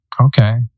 Okay